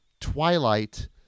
twilight